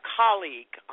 colleague